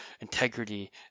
integrity